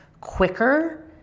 quicker